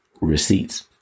receipts